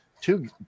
two